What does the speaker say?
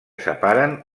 separen